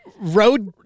Road